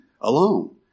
alone